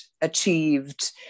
achieved